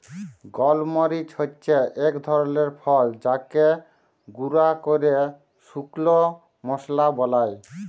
গল মরিচ হচ্যে এক ধরলের ফল যাকে গুঁরা ক্যরে শুকল মশলা বালায়